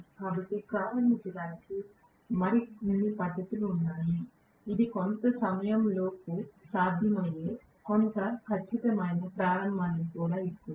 కాబట్టి ప్రారంభించడానికి మరిన్ని పద్ధతులు ఉన్నాయి ఇది కొంత సమయం లోపు సాధ్యమయ్యే కొంత ఖచ్చితమైన ప్రారంభాన్ని కూడా ఇస్తుంది